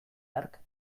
hark